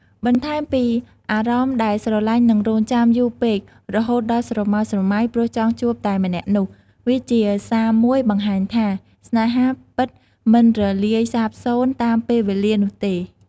បន្ថែមពី អារម្មណ៍ដែលស្រលាញ់និងរងចាំយូរពេករហូតដល់ស្រមើស្រម៉ៃ ព្រោះចង់ជួបតែម្នាក់នោះ វាជាសារមួយបង្ហាញថា ស្នេហាពិតមិនរលាយសាបសូន្យតាមពេលវេលានោះទេ។។